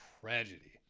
tragedy